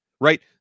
right